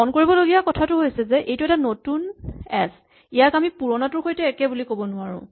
মন কৰিবলগা কথা হৈছে যে এইটো এটা নতুন এচ ইয়াক আমি পুৰণাটোৰ সৈতে একে বুলি ক'ব নোৱাৰো